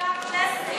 חבר הכנסת מיקי רוזנטל.